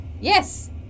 Yes